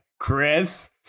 Chris